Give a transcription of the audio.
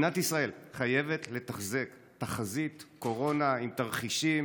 מדינת ישראל חייבת לתחזק תחזית קורונה עם תרחישים